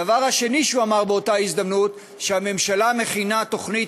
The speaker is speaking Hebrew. הדבר השני שהוא אמר באותה הזדמנות הוא שהממשלה מכינה תוכנית